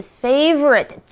favorite，